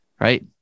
right